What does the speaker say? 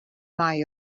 mae